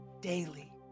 daily